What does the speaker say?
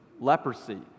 leprosy